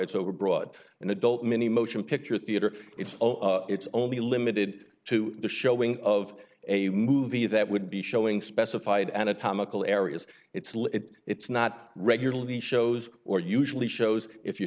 it's overbroad an adult many motion picture theater it's oh it's only limited to the showing of a movie that would be showing specified anatomical areas it's lit it's not regularly shows or usually shows if you